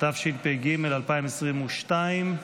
התשפ"ג 2022,